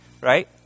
right